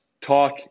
talk